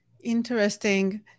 Interesting